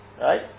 right